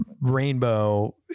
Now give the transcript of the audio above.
rainbow